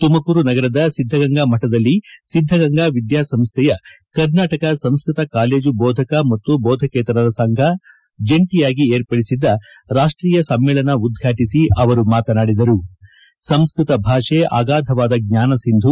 ತುಮಕೂರು ನಗರದ ಸಿದ್ದಗಂಗಾ ಮಠದಲ್ಲಿ ಸಿದ್ದಗಂಗಾ ವಿದ್ಯಾಸಂಸ್ಥೆಯ ಕರ್ನಾಟಕ ಸಂಸ್ವತ ಕಾಲೇಜು ಬೋಧಕ ಮತ್ತು ಬೋಧಕೇತರರ ಸಂಘ ಜಂಟಿಯಾಗಿ ವಿರ್ಪಡಿಸಲಾಗಿದ್ದ ರಾಷ್ಟೀಯ ಸಮ್ಮೇಳನ ಉದ್ಘಾಟಿಸಿ ಆವರು ಮಾತನಾಡಿದರು ಸಂಸ್ಟತ ಭಾಷೆ ಅಗಾಧವಾದ ಜ್ಞಾನ ಸಿಂಧು